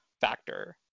factor